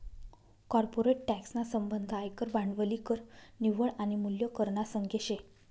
corporate tax ना संबंध आयकर, भांडवली कर, निव्वळ आनी मूल्य कर ना संगे शे